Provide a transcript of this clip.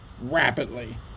rapidly